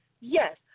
Yes